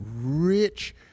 rich